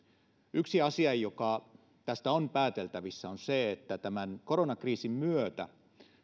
yksi asia joka tästä on pääteltävissä on se että tämän koronakriisin myötä